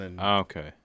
Okay